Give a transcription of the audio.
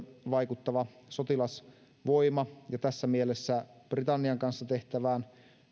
vaikuttava sotilasvoima ja tässä mielessä britannian kanssa tehtävän